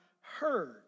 heard